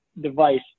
device